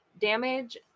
damage